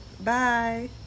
Bye